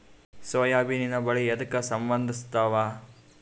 ಸೋಯಾಬಿನ ತಳಿ ಎದಕ ಸಂಭಂದಸತ್ತಾವ?